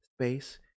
space